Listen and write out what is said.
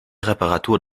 reparatur